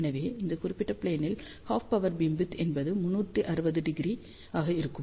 எனவே இந்த குறிப்பிட்ட ப்ளேனில் ஹாஃப் பவர் பீம்விட்த் என்பது 360° ஆக இருக்கும்